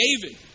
David